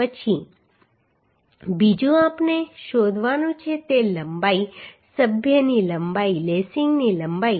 પછી બીજું આપણે શોધવાનું છે તે લંબાઈ સભ્યની લંબાઈ લેસિંગની લંબાઈ